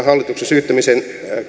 syyttämisen